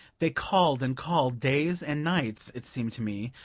they called and called days and nights, it seemed to me.